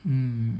um